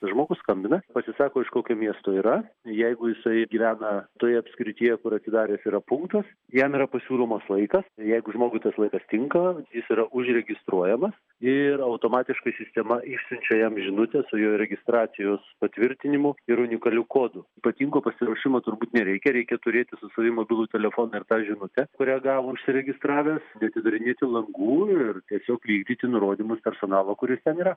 žmogus skambina pasisako iš kokio miesto yra jeigu jisai gyvena toj apskrityje kur atsidaręs yra punktas jam yra pasiūlomas laikas ir jeigu žmogui tas laikas tinka jis yra užregistruojamas ir automatiškai sistema išsiunčia jam žinutę su jo registracijos patvirtinimu ir unikaliu kodu ypatingo pasiruošimo turbūt nereikia reikia turėti su savim mobilų telefoną ir tą žinutę kurią gavo užsiregistravęs neatidarinėti langų ir tiesiog vykdyti nurodymus personalo kuris ten yra